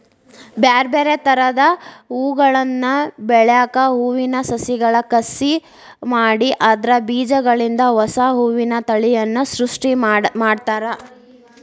ಬ್ಯಾರ್ಬ್ಯಾರೇ ತರದ ಹೂಗಳನ್ನ ಬೆಳ್ಯಾಕ ಹೂವಿನ ಸಸಿಗಳ ಕಸಿ ಮಾಡಿ ಅದ್ರ ಬೇಜಗಳಿಂದ ಹೊಸಾ ಹೂವಿನ ತಳಿಯನ್ನ ಸೃಷ್ಟಿ ಮಾಡ್ತಾರ